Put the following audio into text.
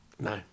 No